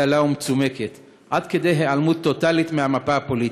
דלה ומצומקת עד כדי היעלמות טוטלית מהמפה הפוליטית.